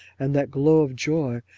and that glow of joy,